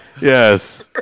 yes